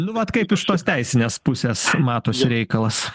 nu vat kaip iš tos teisinės pusės matosi reikalas